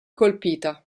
colpita